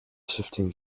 shifting